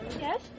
Yes